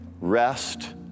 rest